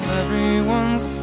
everyone's